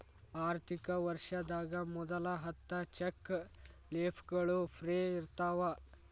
ಆರ್ಥಿಕ ವರ್ಷದಾಗ ಮೊದಲ ಹತ್ತ ಚೆಕ್ ಲೇಫ್ಗಳು ಫ್ರೇ ಇರ್ತಾವ